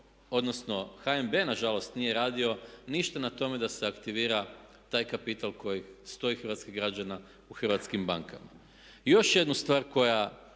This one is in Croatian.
odnosno HNB nažalost nije radio ništa na tome da se aktivira koji stoji hrvatskih građana u hrvatskim bankama. I još jednu stvar o